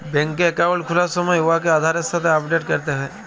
ব্যাংকে একাউল্ট খুলার সময় উয়াকে আধারের সাথে আপডেট ক্যরতে হ্যয়